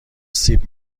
سیب